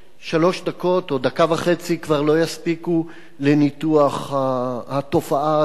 שלוש דקות או דקה וחצי כבר לא יספיקו לניתוח התופעה הזאת,